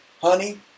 honey